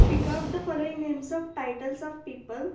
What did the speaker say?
speak of the following names of titles of people